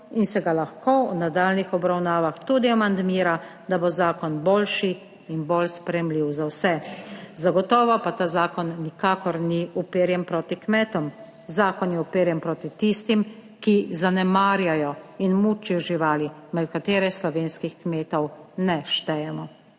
in se ga lahko v nadaljnjih obravnavah tudi amandmira, da bo zakon boljši in bolj sprejemljiv za vse. Zagotovo pa ta zakon nikakor ni uperjen proti kmetom. Zakon je uperjen proti tistim, ki zanemarjajo in mučijo živali, med katere slovenskih kmetov ne štejemo.